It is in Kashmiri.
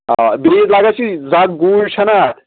آ بیٚیہِ یُس اَگر چھِ زَگ گوٗج چھَنا اَتھ